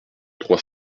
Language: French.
trois